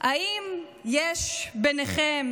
האם יש ביניכם